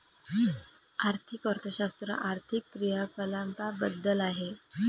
आर्थिक अर्थशास्त्र आर्थिक क्रियाकलापांबद्दल आहे